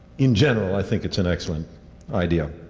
in general, i think it's an excellent idea.